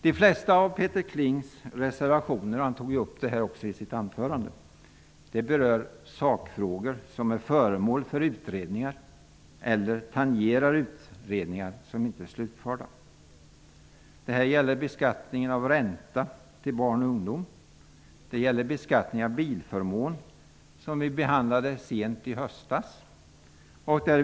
De flesta av Peter Klings reservationer berör sakfrågor som är föremål för utredningar eller tangerar utredningar som inte är slutförda. Det gäller beskattning av ränta till barn och ungdom samt beskattning av bilförmån, en fråga som vi behandlade sent i höstas.